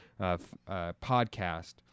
podcast